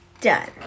done